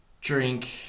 drink